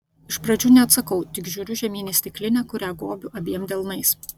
iš pradžių neatsakau tik žiūriu žemyn į stiklinę kurią gobiu abiem delnais